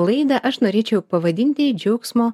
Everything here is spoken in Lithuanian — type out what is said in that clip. laidą aš norėčiau pavadinti džiaugsmo